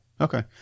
Okay